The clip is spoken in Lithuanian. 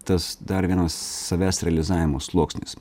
tas dar vienas savęs realizavimo sluoksnis